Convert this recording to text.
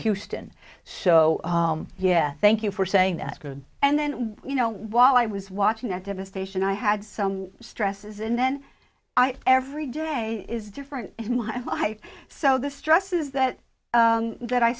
houston so yeah thank you for saying that good and then you know while i was watching that devastation i had some stresses and then every day is different in my life so the stresses that that i